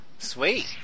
Sweet